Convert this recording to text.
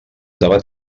debat